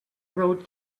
rode